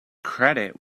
credit